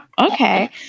Okay